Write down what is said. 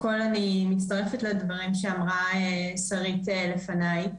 קודם כל אני מצטרפת לדברים שאמרה שרית לפניי.